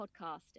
podcasting